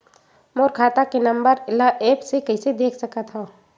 मोर खाता के नंबर ल एप्प से कइसे देख सकत हव?